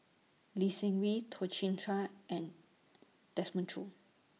Lee Seng Wee Toh Chin Chye and Desmond Choo